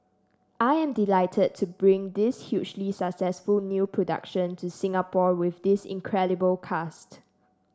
I am delighted to bring this hugely successful new production to Singapore with this incredible cast